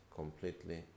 completely